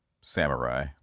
samurai